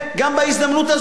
בהזדמנות הזאת,